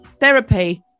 Therapy